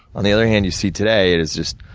on the other hand, you see today, it's just,